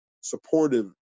supportive